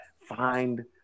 find